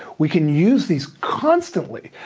we can use these constantly.